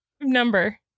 Number